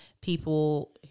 people